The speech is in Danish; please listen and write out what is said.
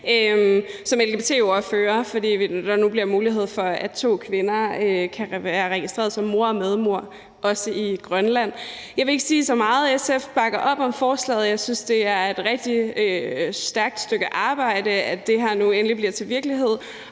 som lgbt-ordfører, fordi der nu bliver mulighed for, at to kvinder kan være registreret som mor og medmor, også i Grønland. Jeg vil ikke sige så meget. SF bakker op om forslaget. Jeg synes, det er et rigtig stærkt stykke arbejde, i forhold til at det her nu endelig bliver til virkelighed,